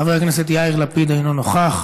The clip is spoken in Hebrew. חבר הכנסת יאיר לפיד, אינו נוכח.